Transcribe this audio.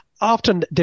Often